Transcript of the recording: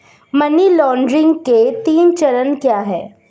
Money laundering के तीन चरण क्या हैं?